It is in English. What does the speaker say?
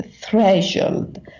threshold